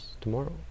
tomorrow